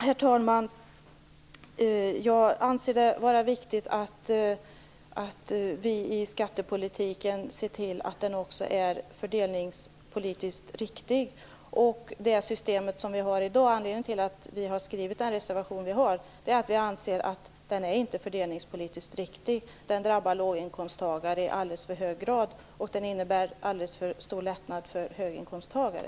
Herr talman! Jag anser det vara viktigt att vi ser till att skattepolitiken också är fördelningspolitiskt riktig. Anledningen till att vi har skrivit vår reservation är att vi anser att det system vi har i dag inte är fördelningspolitiskt riktigt. Det drabbar låginkomsttagare i alldeles för hög grad och det innebär alldeles för stor lättnad för höginkomsttagare.